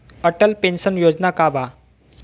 Atal pension योजना का बा?